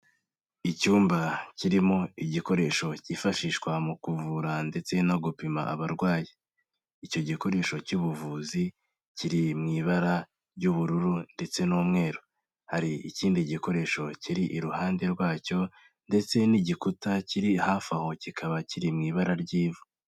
Icyumba kirimo igikoresho cyifashishwa mu kuvura ndetse no gupima abarwayi, icyo gikoresho cy'ubuvuzi kiri mu ibara ry'ubururu ndetse n'umweru, hari ikindi gikoresho kiri iruhande rwa cyo ndetse n'igikuta kiri hafi aho kikaba kiri mu ibara ry'ivu.